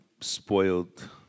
spoiled